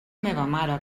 mare